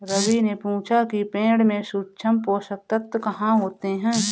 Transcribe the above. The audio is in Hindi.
रवि ने पूछा कि पेड़ में सूक्ष्म पोषक तत्व कहाँ होते हैं?